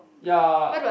ya